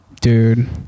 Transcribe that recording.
dude